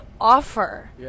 offer